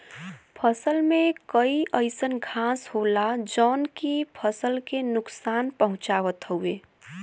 फसल में कई अइसन घास होला जौन की फसल के नुकसान पहुँचावत हउवे